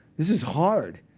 this is hard.